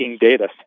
data